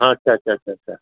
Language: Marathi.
अच्छा अच्छा अच्छा अच्छा